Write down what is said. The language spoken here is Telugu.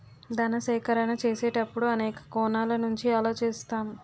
ధన సేకరణ చేసేటప్పుడు అనేక కోణాల నుంచి ఆలోచిస్తాం